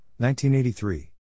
1983